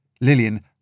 Lillian